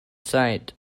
site